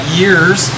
years